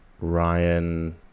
Ryan